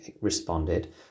responded